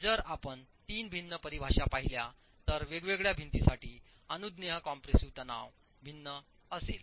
आणि जर आपण तीन भिन्न परिभाषा पाहिल्या तर वेगवेगळ्या भिंतींसाठी अनुज्ञेय कॉम्प्रेसिव्ह तणाव भिन्न असेल